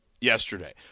yesterday